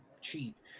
cheap